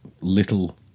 little